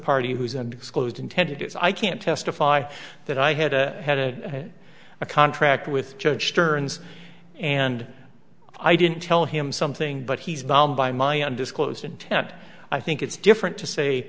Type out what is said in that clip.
party whose and disclosed intended use i can't testify that i had a had a a contract with judge stearns and i didn't tell him something but he's bound by my undisclosed intent i think it's different to say